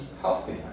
healthy